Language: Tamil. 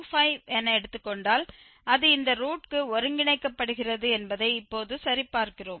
25 என எடுத்துக்கொண்டால் அது இந்த ரூட்க்கு ஒருங்கிணைக்கப்படுகிறது என்பதை இப்போது சரிபார்க்கிறோம்